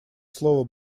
слово